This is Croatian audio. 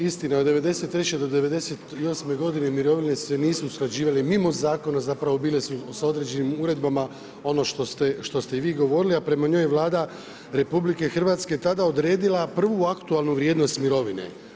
Istina, od '93 do 98. godine, mirovine se nisu usklađivale mimo zakona, zapravo bile su s određenim uredbama, ono šte ste i vi govorili, a prema njoj je Vlada RH tada odredila prvu aktualnu vrijednost mirovine.